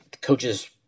coaches